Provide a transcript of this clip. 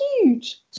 huge